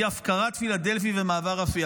והיא הפקרת פילדלפי ומעבר רפיח.